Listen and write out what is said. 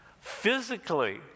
Physically